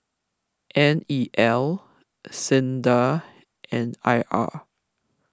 N E L Sinda and I R